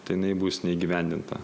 tai jinai bus neįgyvendinta